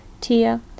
Tia